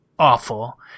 Awful